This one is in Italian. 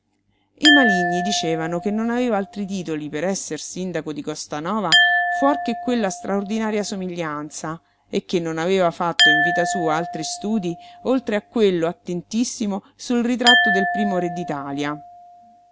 i maligni dicevano che non aveva altri titoli per esser sindaco di costanova fuor che quella straordinaria somiglianza e che non aveva fatto in vita sua altri studii oltre a quello attentissimo sul ritratto del primo re